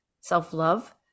self-love